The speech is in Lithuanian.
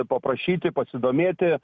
paprašyti pasidomėti